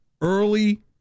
early